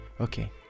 Okay